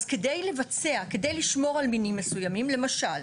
אז כדי לבצע, כדי לשמור על מינים מסוימים, למשל,